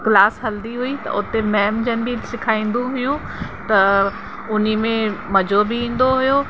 class हलंदी हुई त उते मैम जन बि सेखारींईंदियूं हुयूं त उन्हीअ में मज़ो बि ईंदो हुयो